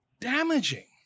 damaging